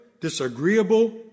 disagreeable